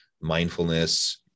mindfulness